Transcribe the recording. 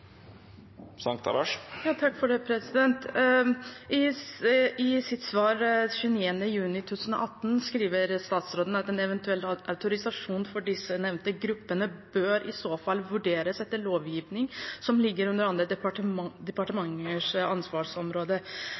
I sitt svar den 29. juni 2018 skriver statsråden at «en eventuell autorisasjonsordning for disse gruppene bør i så fall vurderes etter lovgivning som ligger under andre departementers ansvarsområde».